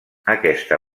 aquesta